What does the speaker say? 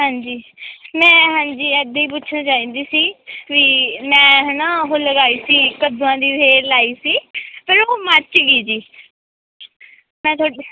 ਹਾਂਜੀ ਮੈਂ ਹਾਂਜੀ ਇੱਦਾਂ ਹੀ ਪੁੱਛਣਾ ਚਾਹੁੰਦੀ ਸੀ ਵੀ ਮੈਂ ਹੈ ਨਾ ਉਹ ਲਗਾਈ ਸੀ ਕੱਦੂਆਂ ਦੀ ਵੇਲ ਲਾਈ ਸੀ ਫਿਰ ਉਹ ਮੱਚ ਗਈ ਜੀ ਮੈਂ ਤੁਹਾਡੀ